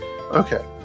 okay